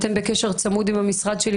ובכל זאת אנחנו עדיין עובדים בממשלה באופן מסודר.